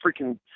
freaking